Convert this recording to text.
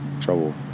trouble